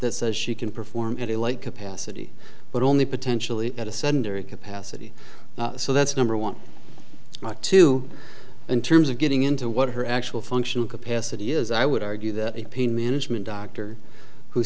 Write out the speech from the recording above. that says she can perform at a like capacity but only potentially at a center of capacity so that's number one or two in terms of getting into what her actual functional capacity is i would argue that a pain management doctor who